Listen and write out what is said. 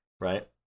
right